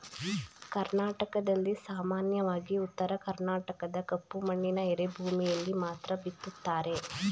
ಕರ್ನಾಟಕದಲ್ಲಿ ಸಾಮಾನ್ಯವಾಗಿ ಉತ್ತರ ಕರ್ಣಾಟಕದ ಕಪ್ಪು ಮಣ್ಣಿನ ಎರೆಭೂಮಿಯಲ್ಲಿ ಮಾತ್ರ ಬಿತ್ತುತ್ತಾರೆ